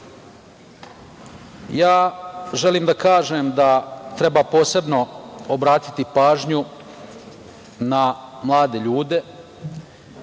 Srbiji. Želim da kažem da treba posebno obratiti pažnju na mlade ljude,